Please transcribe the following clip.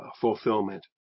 fulfillment